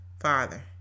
father